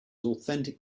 authentic